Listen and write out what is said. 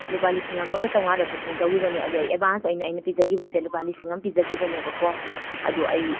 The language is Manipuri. ꯂꯨꯄꯥ ꯂꯤꯁꯤꯡ ꯑꯃꯒ ꯆꯥꯝꯃꯉꯥꯗ ꯕꯨꯀꯤꯡ ꯇꯧꯈꯤꯕꯅꯤ ꯑꯗꯣ ꯑꯩ ꯑꯦꯗꯚꯥꯟꯁ ꯑꯣꯏꯅ ꯑꯩꯅ ꯄꯤꯖꯈꯤꯕꯁꯦ ꯂꯨꯄꯥ ꯂꯤꯁꯤꯡ ꯑꯃ ꯄꯤꯖꯈꯤꯕꯅꯦꯕꯀꯣ ꯑꯗꯨ ꯑꯩ